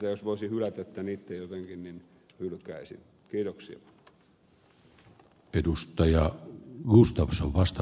jos voisin hylätä tämän itse jotenkin niin hylkäisin